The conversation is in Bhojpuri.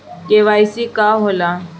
के.वाइ.सी का होला?